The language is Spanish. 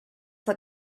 fue